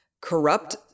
corrupt